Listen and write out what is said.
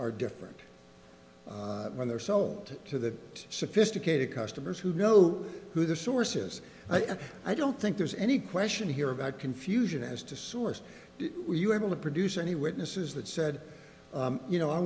are different when they're sell it to that sophisticated customers who know who the sources i don't think there's any question here about confusion as to source you able to produce any witnesses that said you know i